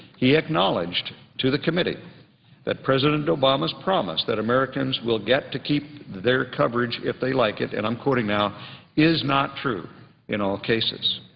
he acknowledged to the committee that president obama's promise that americans will get to keep their coverage if they like it and i'm quoting now is not true in all cases.